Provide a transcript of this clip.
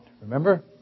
Remember